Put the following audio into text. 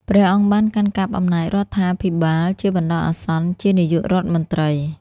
ព្រះអង្គបានកាន់កាប់អំណាចរដ្ឋាភិបាលជាបណ្ដោះអាសន្នជានាយករដ្ឋមន្ត្រី។